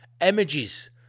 images